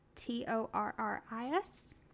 T-O-R-R-I-S